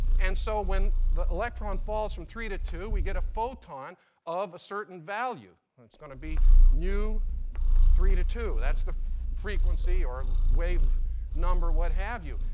and so when the electron falls from three to two, we get a photon of a certain value. and it's going to be nu three to two. that's the frequency or wave number, what have you.